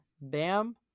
Bam